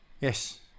Yes